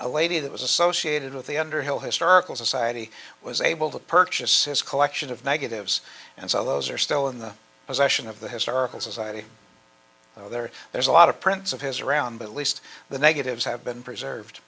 a lady that was associated with the underhill historical society was able to purchase this collection of negatives and so those are still in the possession of the historical society over there there's a lot of prints of his around but at least the negatives have been preserved